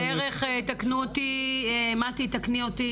אז יש לנו בערך מטי, תקני אותי